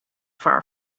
far